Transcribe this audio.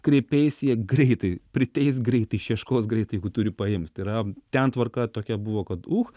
kreipeisi jie greitai priteis greitai išieškos greitai jeigu turi paims tai yra ten tvarka tokia buvo kad uch